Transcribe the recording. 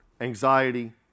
anxiety